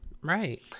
Right